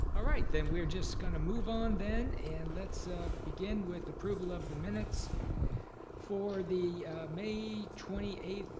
ah right, then. we are just gonna move on then, and let's ah begin with approval of the minutes for the may twenty eight,